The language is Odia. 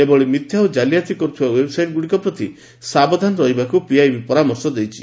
ଏଭଳି ମିଥ୍ୟା ଓ କାଲିଆତି କରୁଥିବା ସାଇଟ୍ଗୁଡ଼ିକ ପ୍ରତି ସାବଧାନ ରହିବାକୁ ପିଆଇବି ପରାମର୍ଶ ଦେଇଛି